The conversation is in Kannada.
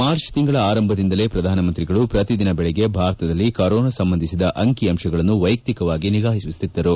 ಮಾರ್ಚ್ ತಿಂಗಳ ಆರಂಭದಿಂದಲೇ ಪ್ರಧಾನಮಂತ್ರಿಗಳು ಪ್ರತಿದಿನ ಬೆಳಗ್ಗೆ ಭಾರತದಲ್ಲಿ ಕೊರೊನಾ ಸಂಬಂಧಿಸಿದ ಅಂಕಿಅಂಶಗಳನ್ನು ವೈಯಕ್ತಿಕವಾಗಿ ನಿಗಾವಹಿಸುತ್ತಿದ್ದರು